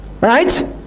Right